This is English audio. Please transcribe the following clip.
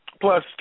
Plus